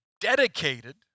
dedicated